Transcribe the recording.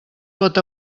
pot